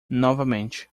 novamente